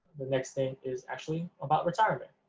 the next thing is actually about retirement.